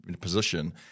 position